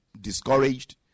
discouraged